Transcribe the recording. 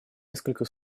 несколько